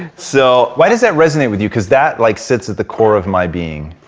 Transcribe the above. so why does that resonate with you? because that like sits at the core of my being,